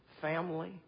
family